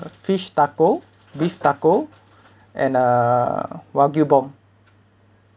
fish taco beef taco and uh wagyu bomb